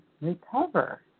recover